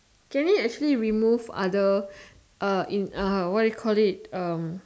can you actually remove other uh in uh what do you call it um